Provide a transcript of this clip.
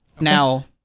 Now